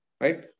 right